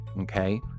Okay